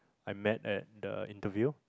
I met at the interview